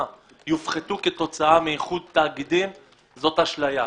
יופחתו כתוצאה מאיחוד תאגידים זאת אשליה.